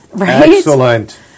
Excellent